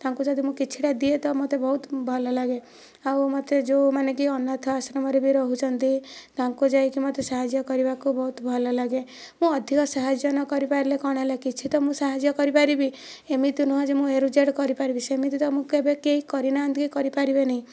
ତାଙ୍କୁ ଯଦି ମୁଁ କିଛିଟା ଦିଏ ତ ମୋତେ ବହୁତ ଭଲ ଲାଗେ ଆଉ ମୋତେ ଯେଉଁ ମାନେ କି ଅନାଥ ଆଶ୍ରମରେ ବି ରହୁଛନ୍ତି ତାଙ୍କୁ ଯାଇକି ମୋତେ ସାହାଯ୍ୟ କରିବାକୁ ବହୁତ ଭଲ ଲାଗେ ମୁଁ ଅଧିକ ସାହାଯ୍ୟ ନ କରିପାରିଲେ କ'ଣ ହେଲା କିଛି ତ ମୁଁ ସାହାଯ୍ୟ କରିପାରିବି ଏମିତି ନୁହେଁ ଯେ ମୁଁ ଏ ଠୁ ଜେଡ଼୍ କରିପାରିବି ସେମିତି ତ କେବେ କେହି କରିନାହାନ୍ତି କି କରିପାରିବେନି